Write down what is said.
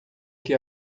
que